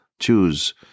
choose